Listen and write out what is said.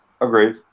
Agreed